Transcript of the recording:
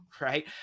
right